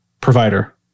provider